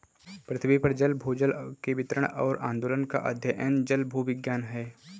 पृथ्वी पर जल भूजल के वितरण और आंदोलन का अध्ययन जलभूविज्ञान है